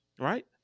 right